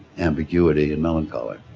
ambiguity and melancholy.